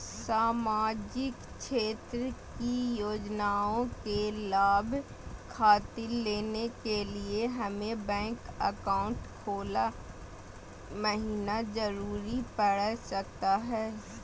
सामाजिक क्षेत्र की योजनाओं के लाभ खातिर लेने के लिए हमें बैंक अकाउंट खोला महिना जरूरी पड़ सकता है?